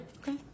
okay